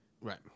Right